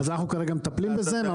אז אנחנו מטפלים בזה כרגע.